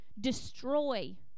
destroy